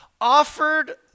offered